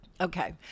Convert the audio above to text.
Okay